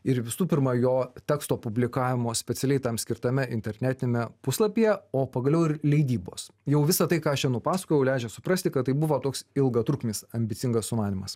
ir visų pirma jo teksto publikavimo specialiai tam skirtame internetiniame puslapyje o pagaliau ir leidybos jau visa tai ką aš čia nupasakojau leidžia suprasti kad tai buvo toks ilgatrukmis ambicingas sumanymas